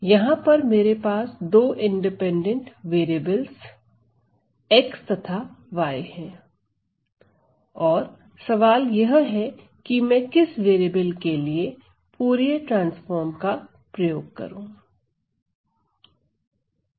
यहां पर मेरे पास दो इंडिपेंडेंट वेरिएबलस x तथा y है और सवाल यह है कि मैं किस वेरिएबल के लिए फूरिये ट्रांसफॉर्म का प्रयोग करूं